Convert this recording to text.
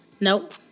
Nope